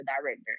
director